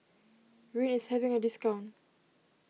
Rene is having a discount